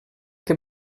que